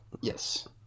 yes